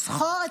בשירות